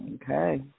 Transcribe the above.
Okay